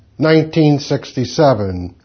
1967